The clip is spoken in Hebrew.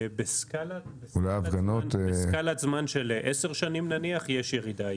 בסקאלת זמן של 10 שנים יש ירידה.